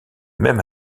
même